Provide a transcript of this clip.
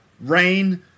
rain